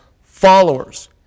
followers